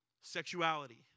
sexuality